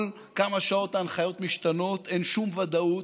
כל כמה שעות ההנחיות משתנות ואין שום ודאות.